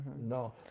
No